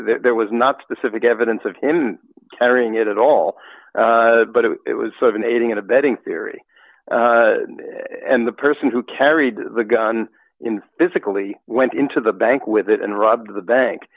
there was not specific evidence of him carrying it at all but it was sort of an aiding and abetting theory and the person who carried the gun physically went into the bank with it and robbed the bank